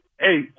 hey